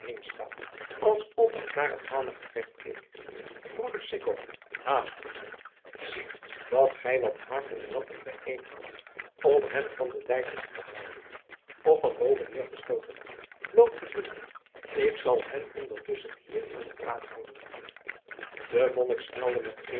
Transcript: heen staat alsof het naar een hanengevecht keek broeder sicco haast u zie dat gij wat haken en latten bijeenhaalt om hen van den dijk af te halen of van bovenneer te stooten loop gezwind ik zal hen ondertusschen hier aan den praat houden de monnik snelde met